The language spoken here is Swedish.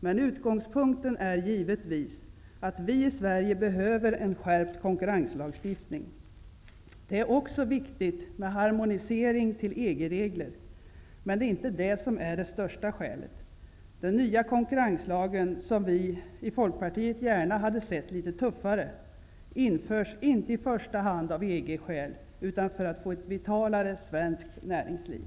Men utgångspunkten är givetvis att vi i Sverige behöver en skärpt konkurrenslagstiftning. Det är också viktigt med harmonisering till EG-regler. Men det är inte det som är det största skälet. Den nya konkurrenslagen -- som vi i Folkpartiet gärna hade sett blivit litet tuffare -- införs inte i första hand av EG-skäl, utan för att få ett vitalare svenskt näringsliv.